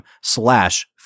slash